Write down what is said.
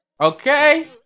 okay